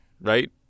right